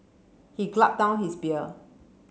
he down his beer